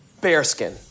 Bearskin